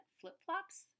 flip-flops